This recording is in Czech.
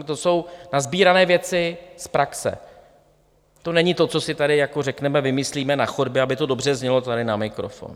To jsou nasbírané věci z praxe, to není to, co si tady jako řekneme, vymyslíme na chodbě, aby to dobře znělo tady na mikrofon.